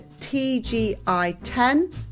TGI10